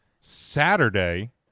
Saturday